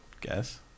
guess